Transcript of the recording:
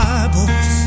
Bibles